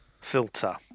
Filter